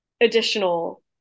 additional